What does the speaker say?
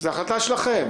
זו החלטה שלכם.